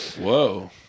whoa